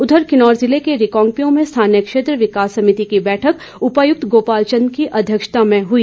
उधर किन्नौर ज़िला के रिकांगपिओ में स्थानीय क्षेत्र विकास समिति की बैठक उपायुक्त गोपाल चंद की अध्यक्षता में हुई